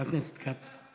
חבר הכנסת כץ.